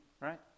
right